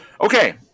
Okay